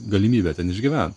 galimybę ten išgyvent